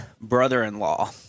brother-in-law